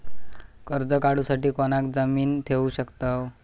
कर्ज काढूसाठी कोणाक जामीन ठेवू शकतव?